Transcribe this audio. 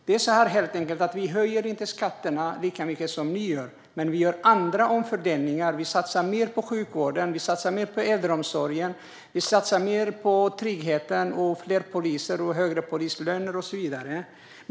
Det är så här, helt enkelt: Vi höjer inte skatterna lika mycket som ni, men vi gör andra omfördelningar. Vi satsar mer på sjukvården, äldreomsorgen och tryggheten, och vi satsar på fler poliser, högre polislöner och så vidare.